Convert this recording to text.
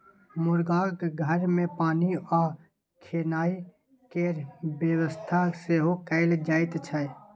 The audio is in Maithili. मुरगाक घर मे पानि आ खेनाइ केर बेबस्था सेहो कएल जाइत छै